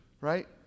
right